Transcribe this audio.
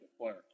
player